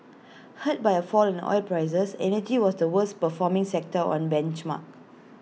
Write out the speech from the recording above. hurt by A fall in oil prices energy was the worst performing sector on benchmark